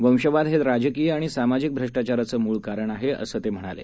वंशवाद हे राजकीय आणि सामाजिक भ्रष्टाचाराचं मूळ कारण आहे असं ते म्हणाले